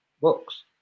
books